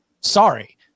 Sorry